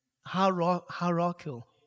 hierarchical